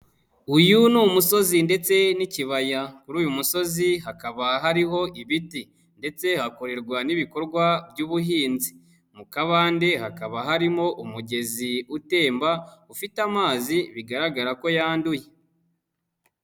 Uyu ni umusozi ndetse n'ikibaya, kuri uyu musozi hakaba hariho ibiti ndetse hakorerwa n'ibikorwa by'ubuhinzi, mu kabande hakaba harimo umugezi utemba, ufite amazi bigaragara ko yanduye.